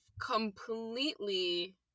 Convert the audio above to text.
completely